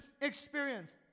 experience